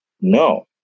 No